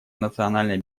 национальной